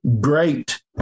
great